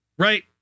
Right